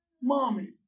Mommy